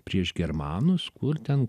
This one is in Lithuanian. prieš germanus kur ten